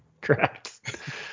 correct